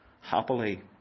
Happily